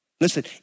Listen